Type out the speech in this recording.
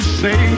say